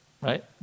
right